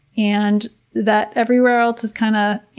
and that everywhere else is kinda, ah.